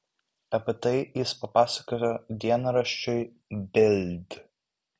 apie tai jis papasakojo dienraščiui bild